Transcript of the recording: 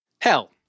Hell